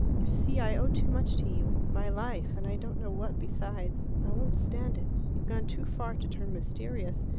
you see i owe too much to you my life, and i don't know what besides. i won't stand it. you've gone too far to turn mysterious.